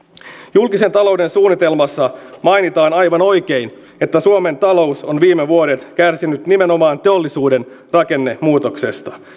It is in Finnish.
julkisen talouden suunnitelmassa mainitaan aivan oikein että suomen talous on viime vuodet kärsinyt nimenomaan teollisuuden rakennemuutoksesta